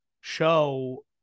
show